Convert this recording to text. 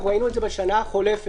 ראינו את זה בשנה החולפת,